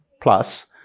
plus